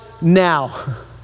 now